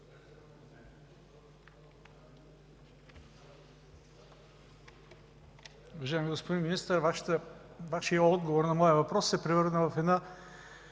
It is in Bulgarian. Уважаеми господин Министър, Вашият отговор на моя въпрос се превърна в една